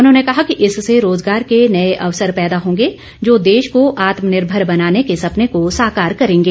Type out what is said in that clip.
उन्होंने कहा कि इससे रोजगार के नए अवसर पैदा होंगे जो देश को आत्मनिर्भर बनाने के सपने को साकार करेंगे